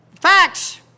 Facts